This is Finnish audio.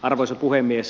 arvoisa puhemies